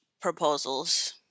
proposals